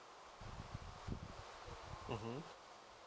mmhmm